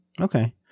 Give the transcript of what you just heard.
Okay